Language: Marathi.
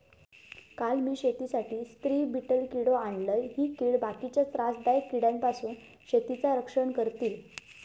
काल मी शेतीसाठी स्त्री बीटल किडो आणलय, ही कीड बाकीच्या त्रासदायक किड्यांपासून शेतीचा रक्षण करतली